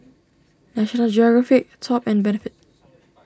National Geographic Top and Benefit